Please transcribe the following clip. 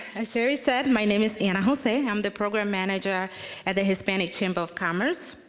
ah cheri said, my name is ana jose. i'm the program manager at the hispanic chamber of commerce.